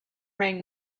rang